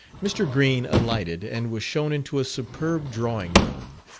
mr. green alighted and was shown into a superb drawing room,